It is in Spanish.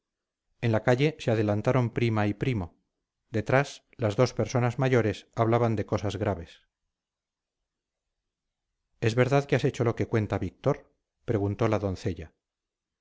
en la calle se adelantaron prima y primo detrás las dos personas mayores hablaban de cosas graves es verdad que has hecho lo que cuenta víctor preguntó la doncella